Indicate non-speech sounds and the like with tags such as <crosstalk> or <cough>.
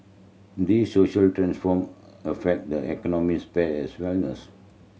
these social transform affect the economic sphere as well <unintelligible>